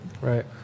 Right